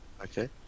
Okay